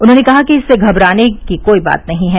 उन्होंने कहा कि इससे घबराने की कोई बात नहीं है